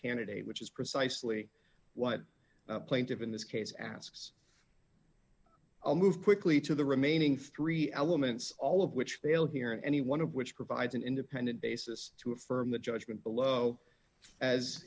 candidate which is precisely what the plaintiffs in this case asks i'll move quickly to the remaining three elements all of which failed here in any one of which provides an independent basis to affirm the judgment below as